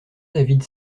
david